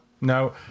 no